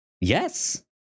Yes